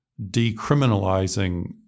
decriminalizing